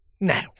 Now